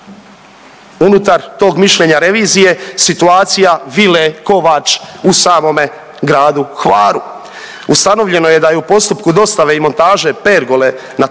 unutar tog mišljenja revizije situacija vile Kovač u samome gradu Hvaru. Ustanovljeno je da je u postupku dostave i montaže pergole na